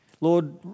Lord